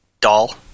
doll